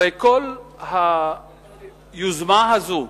הרי כל היוזמה הזאת,